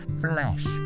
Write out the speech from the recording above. Flesh